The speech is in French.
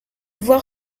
voir